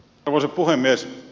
arvoisa puhemies